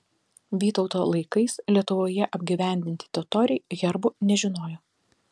vytauto laikais lietuvoje apgyvendinti totoriai herbų nežinojo